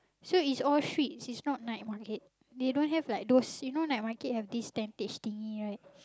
so is all streets it's not night market they don't have like those you know night market have this tentage thingy right